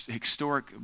historic